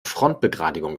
frontbegradigung